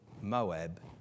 Moab